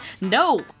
No